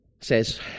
says